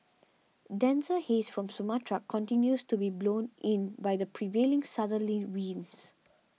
denser haze from Sumatra continues to be blown in by the prevailing southerly winds